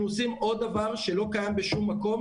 אנחנו עושים עוד דבר שלא קיים בשום מקום,